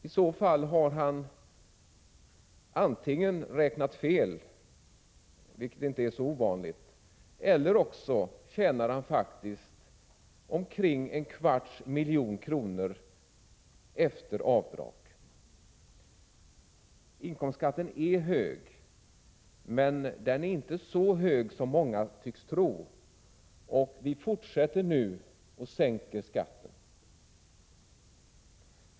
I så fall har han antingen räknat fel — vilket inte är så ovanligt — eller också tjänar han faktiskt omkring en kvarts miljon efter avdrag. Inkomstskatten är hög, men den är inte så hög som många tycks tro. Och vi fortsätter nu att sänka skatten.